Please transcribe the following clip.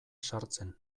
sartzen